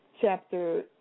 chapter